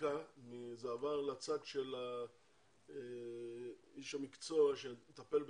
דווקא זה עבר לצד של איש המקצוע שמטפל בזה.